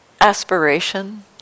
aspiration